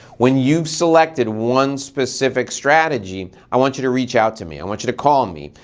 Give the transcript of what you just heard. when you've selected one specific strategy, i want you to reach out to me. i want you to call me.